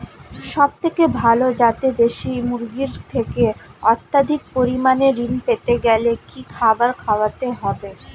সবথেকে ভালো যাতে দেশি মুরগির থেকে অত্যাধিক পরিমাণে ঋণ পেতে গেলে কি খাবার খাওয়াতে হবে?